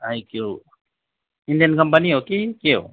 IQ Indian company हो कि के हो